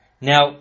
Now